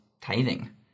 tithing